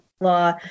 law